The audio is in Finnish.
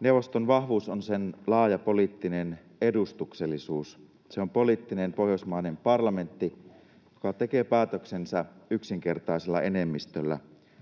Neuvoston vahvuus on sen laaja poliittinen edustuksellisuus. Se on poliittinen, pohjoismainen parlamentti, joka tekee päätöksensä yksinkertaisella enemmistöllä.